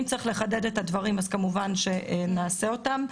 אם צריך לחדד את הדברים אז כמובן שנעשה אותם.